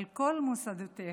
על כל מוסדותיה,